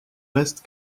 reste